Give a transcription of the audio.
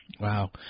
Wow